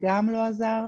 שגם לא עזר.